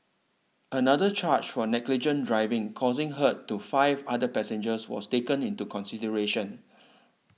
another charge for negligent driving causing hurt to five other passengers was taken into consideration